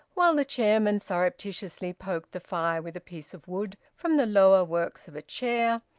while the chairman surreptitiously poked the fire with a piece of wood from the lower works of a chair,